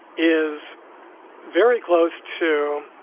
is very close to